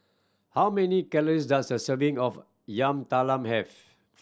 how many calories does a serving of Yam Talam have